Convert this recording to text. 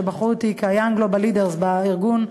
כשבחנו אותי ב-Young Global Leaders בארגון,